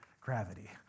gravity